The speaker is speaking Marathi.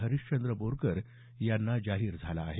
हरिश्चंद्र बोरकर यांना जाहीर झाला आहे